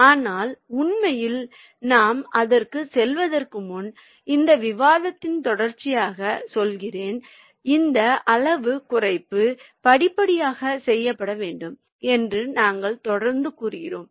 ஆனால் உண்மையில் நாம் அதற்குச் செல்வதற்கு முன் இந்த விவாதத்தின் தொடர்ச்சிக்காகச் சொல்கிறேன் இந்த அளவு குறைப்பு படிப்படியாக செய்யப்பட வேண்டும் என்று நாங்கள் தொடர்ந்து கூறுகிறோம்